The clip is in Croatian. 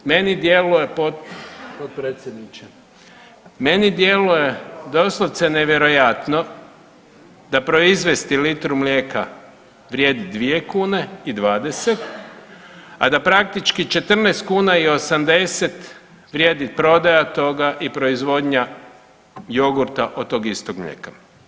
Meni djeluje potpredsjedniče, meni djeluje doslovce nevjerojatno da proizvesti litru mlijeka vrijedi 2 kune i 20, a da praktički 14 kuna i 80 vrijedi prodaja toga i proizvodnja jogurta od tog istog mlijeka.